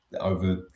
over